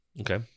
Okay